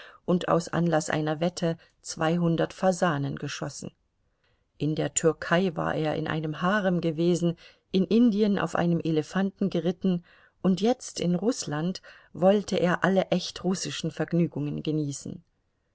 und aus anlaß einer wette zweihundert fasanen geschossen in der türkei war er in einem harem gewesen in indien auf einem elefanten geritten und jetzt in rußland wollte er alle echt russischen vergnügungen genießen